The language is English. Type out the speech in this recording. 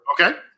Okay